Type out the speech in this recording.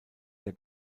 der